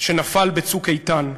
שנפל ב"צוק איתן",